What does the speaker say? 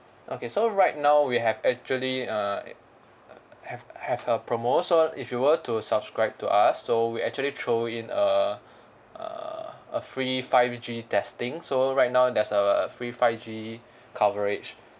okay so right now we have actually uh have have a promo so if you were to subscribe to us so we actually throw in a err a free five G testing so right now there's a free five G coverage